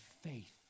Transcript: faith